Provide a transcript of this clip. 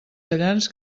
tallants